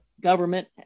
government